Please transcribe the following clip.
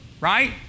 right